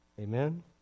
Amen